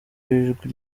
w’ijwi